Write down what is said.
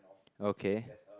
ok